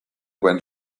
went